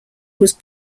was